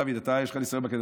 דוד, אתה, יש לך ניסיון בקטע.